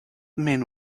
man